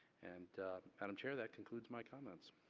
and madam chair, that concludes my comments.